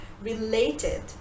related